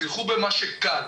טל פז?